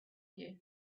you